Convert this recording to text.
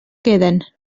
queden